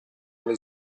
alle